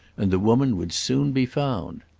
and the woman would soon be found.